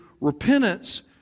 repentance